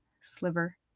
sliver